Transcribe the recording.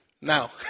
Now